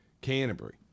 Canterbury